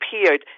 appeared